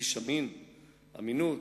איש אמין, אמינות.